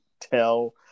tell